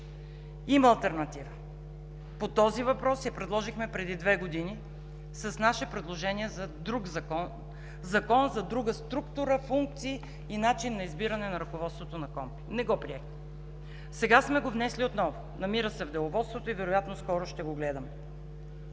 Има алтернатива. По този въпрос предложихме преди две години с наше предложение друг закон – закон за друга структура, функции и начин на избиране на ръководството на КОНПИ. Не го приехте. Сега сме го внесли отново – намира се в деловодството, и вероятно скоро ще го гледаме.